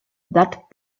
that